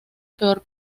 peor